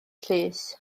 llys